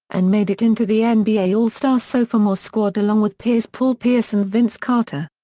and made it into the ah nba all-star sophomore squad along with peers paul pierce and vince carter.